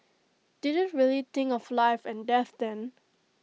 didn't really think of life and death then